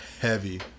Heavy